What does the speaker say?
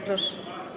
Proszę.